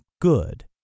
good